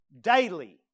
daily